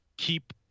keep